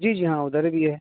جی جی ہاں ادھر بھی ہے